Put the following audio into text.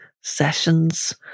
sessions